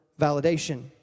validation